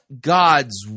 God's